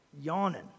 yawning